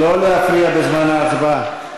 נא לא להפריע בזמן ההצבעה.